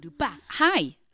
Hi